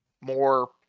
more